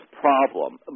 problem